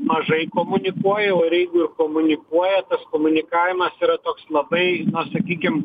mažai komunikuoja o ir jeigu ir komunikuoja komunikavimas yra toks labai sakykim